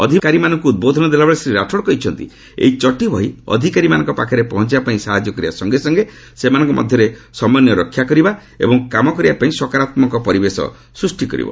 ଅଧିକାରୀମାନଙ୍କୁ ଉଦ୍ବୋଧନ ଦେଲାବେଳେ ଶ୍ରୀ ରାଠୋଡ୍ କହିଛନ୍ତି ଏହି ଚଟି ବହି ଅଧିକାରୀମାନଙ୍କ ପାଖରେ ପହଞ୍ଚିବା ପାଇଁ ସାହାଯ୍ୟ କରିବା ସଙ୍ଗେ ସଙ୍ଗେ ସେମାନଙ୍କ ମଧ୍ୟରେ ସମନ୍ୱୟ ରକ୍ଷା କରିବ ଏବଂ କାମ କରିବା ପାଇଁ ସକାରାତ୍ମକ ପରିବେଶ ସୃଷ୍ଟି କରିବ